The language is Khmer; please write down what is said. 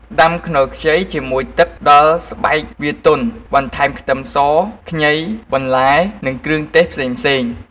ដាំខ្នុរខ្ចីជាមួយទឹក ដល់ស្បែកវាទន់ បន្ថែមខ្ទឹមស ខ្ញី បន្លែ និងគ្រឿងទេសផ្សេងៗ។